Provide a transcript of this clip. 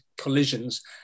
collisions